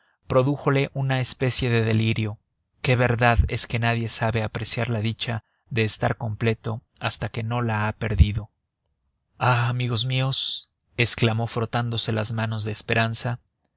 vida prodújole una especie de delirio qué verdad es que nadie sabe apreciar la dicha de estar completo hasta que no la ha perdido ah amigos míos exclamó frotándose las manos de esperanza